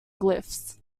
glyphs